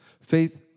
Faith